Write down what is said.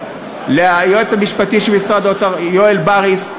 ליועץ המשפטי של משרד האוצר יואל בריס,